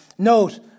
Note